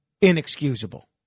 inexcusable